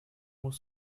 muss